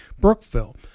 Brookville